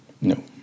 No